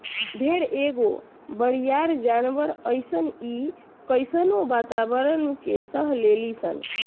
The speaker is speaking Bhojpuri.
भेड़ एगो बरियार जानवर हइसन इ कइसनो वातावारण के सह लेली सन